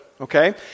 okay